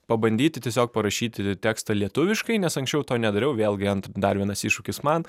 pabandyti tiesiog parašyti tekstą lietuviškai nes anksčiau to nedariau vėlgi ant dar vienas iššūkis man